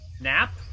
nap